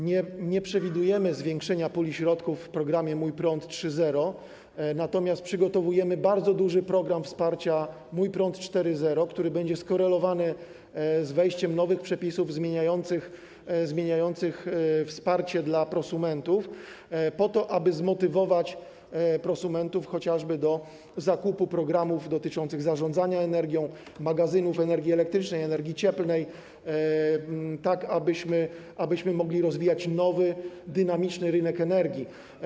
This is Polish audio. Nie przewidujemy zwiększenia puli środków w programie „Mój prąd” 3.0, natomiast przygotowujemy bardzo duży program wsparcia „Mój prąd” 4.0, który będzie skorelowany z wejściem nowych przepisów zmieniających wsparcie dla prosumentów, po to aby zmotywować prosumentów chociażby do zakupu programów dotyczących zarządzania energią, magazynów energii elektrycznej, energii cieplnej, tak abyśmy mogli rozwijać nowy, dynamiczny rynek energii.